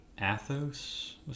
Athos